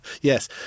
Yes